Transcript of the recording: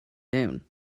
down